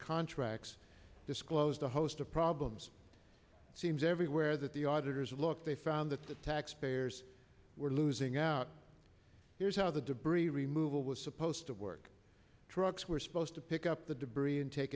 contracts disclosed a host of problems seems everywhere that the auditors looked they found that the taxpayers were losing out here's how the debris removal was supposed to work trucks were supposed to pick up the debris and take